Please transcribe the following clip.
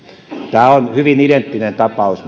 tämä on hyvin identtinen tapaus